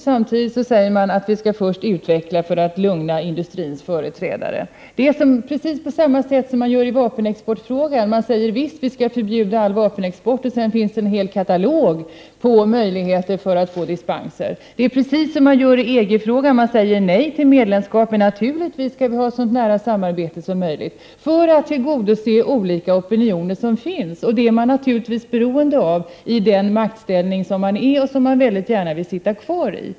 Samtidigt säger man att vi först skall utveckla kärnkraften för att lugna industrins företrädare. Det är precis på samma sätt som man handlar i vapenexportfrågan. Man säger att visst skall vi förbjuda all vapenexport, men sedan kommer en hel katalog med dispensmöjligheter. Det är också precis på samma sätt som man handlar i EG-frågan. Man säger nej till medlemskap, men naturligtvis skall vi ha ett så nära samarbete som möjligt, allt för att tillgodose de olika opinioner som finns. Socialdemokraterna är naturligtvis beroende av olika opinioner i den maktställning de befinner sig i och gärna vill sitta kvar i.